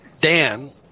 Dan